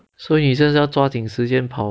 所以你是要抓紧时间跑